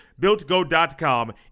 BuiltGo.com